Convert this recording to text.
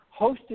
hosted